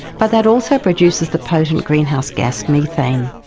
but that also produces the potent greenhouse gas methane.